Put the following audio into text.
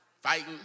fighting